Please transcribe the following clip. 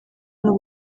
n’u